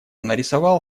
нарисовал